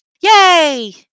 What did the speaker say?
Yay